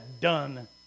done